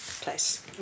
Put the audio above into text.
place